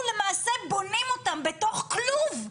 אנחנו למעשה בונים אותם בתוך כלוב,